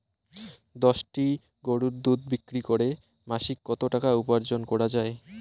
দশটি গরুর দুধ বিক্রি করে মাসিক কত টাকা উপার্জন করা য়ায়?